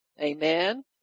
Amen